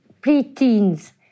pre-teens